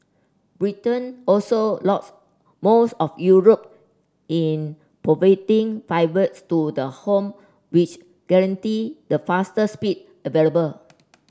Britain also logs most of Europe in providing fibres to the home which guarantee the fastest speed available